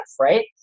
Right